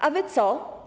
A wy co?